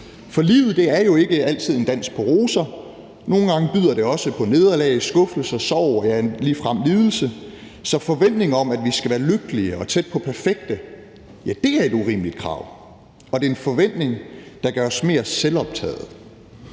For livet er jo ikke altid en dans på roser, nogle gange byder det også på nederlag. Og skuffelse og sorg er ligefrem en lidelse. Så forventningen om, at vi skal være lykkelige og tæt på perfekte, ja, det er et urimeligt krav, og det er en forventning, der gør os mere selvoptagede.